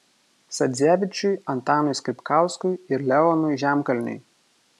sadzevičiui antanui skripkauskui ir leonui žemkalniui